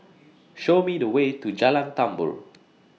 Show Me The Way to Jalan Tambur